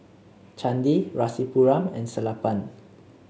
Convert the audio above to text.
Chandi Rasipuram and Sellapan